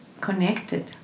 connected